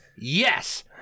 Yes